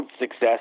success